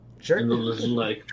Sure